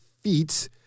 feet